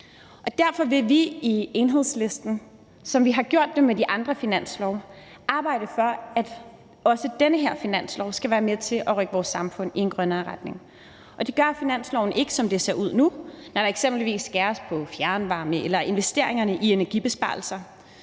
Derfor vil vi i Enhedslisten, som vi har gjort det med de andre finanslove, arbejde for, at også den her finanslov skal være med til at rykke vores samfund i en grønnere retning. Og det gør finansloven ikke, som den ser ud nu. Man har eksempelvis skåret på fjernvarme eller investeringerne i energibesparelser.